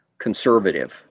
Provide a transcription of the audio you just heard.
conservative